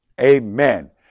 amen